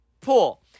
pool